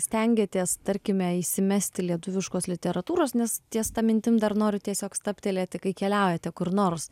stengiatės tarkime įsimesti lietuviškos literatūros nes ties ta mintim dar noriu tiesiog stabtelėti kai keliaujate kur nors